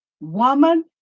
woman